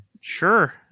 Sure